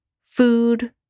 food